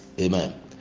amen